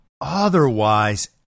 Otherwise